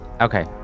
Okay